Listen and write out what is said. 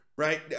Right